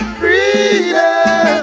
freedom